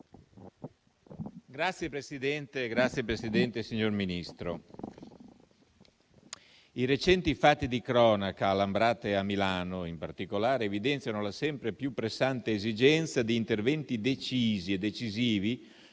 *(FdI)*. Signor Presidente, signor Ministro, i recenti fatti di cronaca a Lambrate e a Milano in particolare evidenziano la sempre più pressante esigenza di interventi decisi e decisivi non